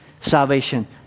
salvation